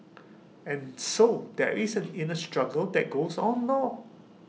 and so there is the inner struggle that goes on lor